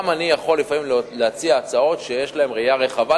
גם אני יכול לפעמים להציע הצעות שיש להן ראייה רחבה,